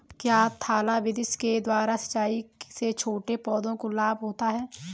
क्या थाला विधि के द्वारा सिंचाई से छोटे पौधों को लाभ होता है?